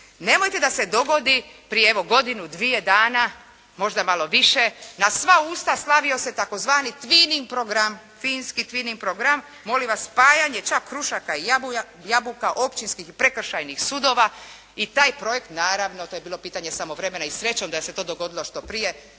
Nemojte da se dogodi, prije evo godinu dvije dana, možda malo više, na sva usta slavio se tzv. tvining program, finski tvining program, molim vas spajanje čak krušaka i jabuka, općinskih i prekršajnih sudova i taj projekt naravno to je bilo pitanje samo vremena i sreće da se to dogodilo što prije,